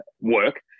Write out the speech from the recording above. work